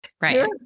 Right